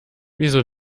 wieso